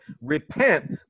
repent